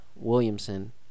Williamson